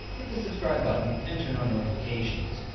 hit the subscribe button and turn on notifications,